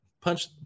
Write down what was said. punch